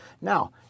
Now